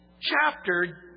chapter